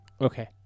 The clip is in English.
Okay